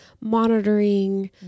monitoring